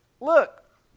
Look